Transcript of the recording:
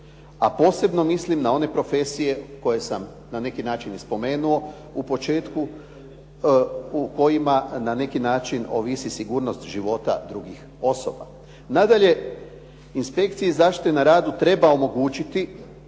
a posebno mislim na one profesije koje sam na neki način i spomenuo u početku u kojima na neki način ovisi sigurnost života drugih osoba. Nadalje, inspekciji zaštite na radu treba omogućiti